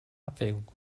abwägung